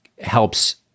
helps